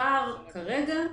הפער כרגע,